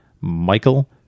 Michael